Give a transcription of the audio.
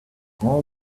all